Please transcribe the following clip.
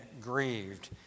grieved